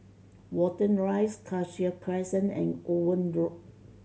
Watten Rise Cassia Crescent and Owen Road